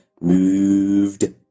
moved